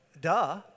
duh